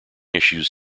issues